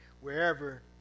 wherever